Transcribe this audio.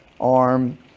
arm